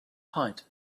height